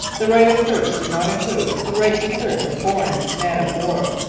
the right of search did not include the right to search a foreign man-of-war,